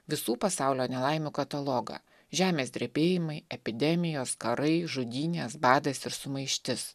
visų pasaulio nelaimių katalogą žemės drebėjimai epidemijos karai žudynės badas ir sumaištis